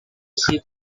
ship